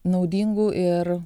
naudingų ir